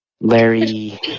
Larry